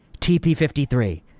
TP53